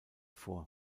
vor